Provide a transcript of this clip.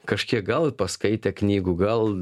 kažkiek gal paskaitę knygų gal